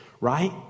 right